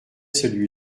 celui